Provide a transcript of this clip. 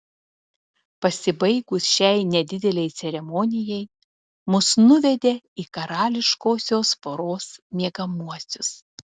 pasibaigus šiai nedidelei ceremonijai mus nuvedė į karališkosios poros miegamuosius